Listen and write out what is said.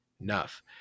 enough